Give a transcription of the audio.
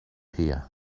here